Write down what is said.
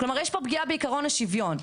כלומר, יש פה פגיעה בעקרון השוויון.